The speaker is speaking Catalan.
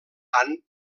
han